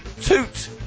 toot